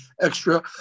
extra